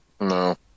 No